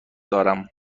دارم